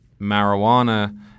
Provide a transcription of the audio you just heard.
marijuana